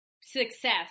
success